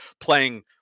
playing